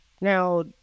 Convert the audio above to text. Now